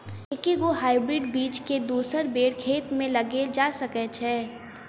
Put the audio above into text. एके गो हाइब्रिड बीज केँ दोसर बेर खेत मे लगैल जा सकय छै?